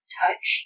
touch